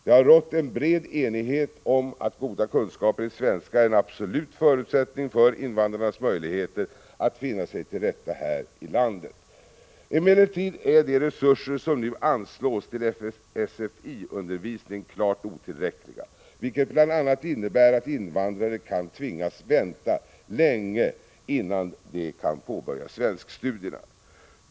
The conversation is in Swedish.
Det har rått en bred enighet om att goda kunskaper i svenska är en absolut förutsättning för invandrarnas möjligheter att finna sig till rätta här i landet. Emellertid är de resurser som nu anslås till SFI-undervisningen klart otillräckliga, vilket bl.a. innebär att invandrare kan tvingas vänta länge innan de kan påbörja svenskstudierna.